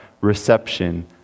reception